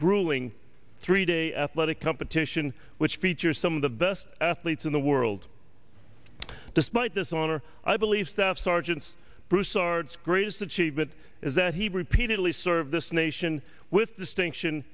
grueling three day athletic competition which features some of the best athletes in the world despite this honor i believe staff sergeants broussard's greatest achievement is that he repeatedly served this nation with distinction